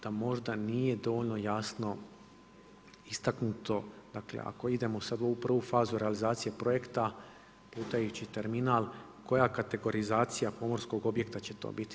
Da možda nije dovoljno jasno istaknuto, dakle ako idemo sad u ovu prvu fazu realizacije projekta plutajući terminal, koja kategorizacija pomorskog objekta će to biti?